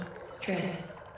stress